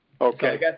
Okay